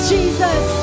Jesus